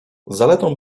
zaletą